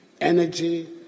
energy